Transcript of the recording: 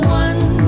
one